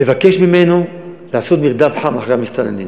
לעשות מרדף חם אחרי המסתננים.